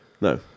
No